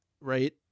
Right